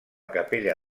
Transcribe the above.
capella